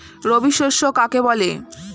রবি শস্য কাকে বলে?